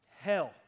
Hell